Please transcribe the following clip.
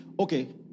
Okay